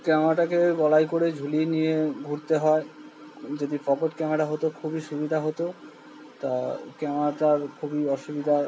ক্যামেরাটাকে গলায় করে ঝুলিয়ে নিয়ে ঘুরতে হয় যদি পকেট ক্যামেরা হতো খুবই সুবিধা হতো তা ক্যামেরাটার খুবই অসুবিধা